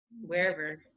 wherever